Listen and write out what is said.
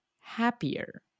happier